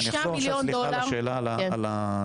6 מיליון דולר --- אני אחזור עכשיו על השאלה על האולפנים.